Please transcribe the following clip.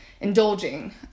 indulging